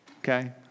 okay